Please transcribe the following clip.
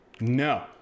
No